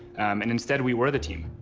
and instead, we were the team.